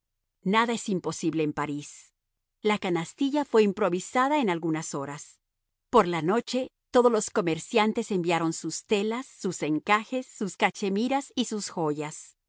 nada es imposible en parís la canastilla fue improvisada en algunas horas por la noche todos los comerciantes enviaron sus telas sus encajes sus cachemiras y sus joyas